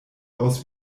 aus